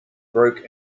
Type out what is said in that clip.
broke